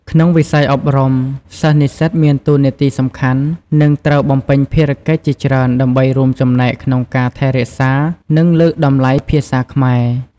ក្នុងវិស័យអប់រំ សិស្សនិស្សិតមានតួនាទីសំខាន់ និងត្រូវបំពេញភារកិច្ចជាច្រើនដើម្បីរួមចំណែកក្នុងការថែរក្សា និងលើកតម្លៃភាសាខ្មែរ។